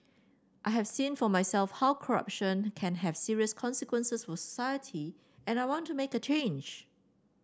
I have seen for myself how corruption can have serious consequences was society and I want to make a change